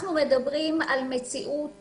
אנחנו מדברים על מציאות